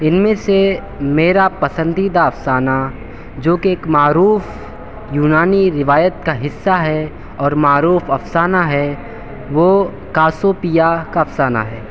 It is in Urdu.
ان میں سے میرا پسندیدہ افسانہ جو کہ ایک معروف یونانی روایت کا حصّہ ہے اور معروف افسانہ ہے وہ کاسیو پیا کا افسانہ ہے